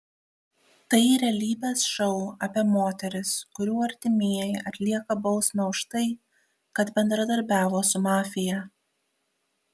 tai realybės šou apie moteris kurių artimieji atlieka bausmę už tai kad bendradarbiavo su mafija